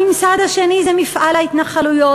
הממסד השני זה מפעל ההתנחלויות,